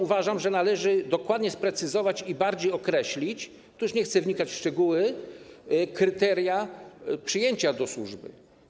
Uważam też, że należy dokładnie sprecyzować i określić - tu już nie chcę wnikać w szczegóły - kryteria przyjęcia do służby.